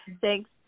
Thanks